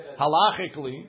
halachically